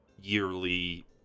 yearly